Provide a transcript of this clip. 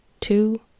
two